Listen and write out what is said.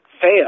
fail